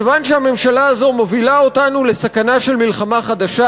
כיוון שהממשלה הזאת מובילה אותנו לסכנה של מלחמה חדשה,